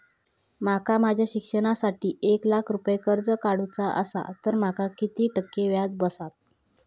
माका माझ्या शिक्षणासाठी एक लाख रुपये कर्ज काढू चा असा तर माका किती टक्के व्याज बसात?